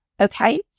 Okay